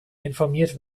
informiert